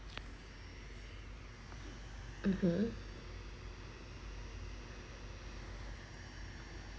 (uh huh)